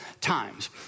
Times